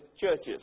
churches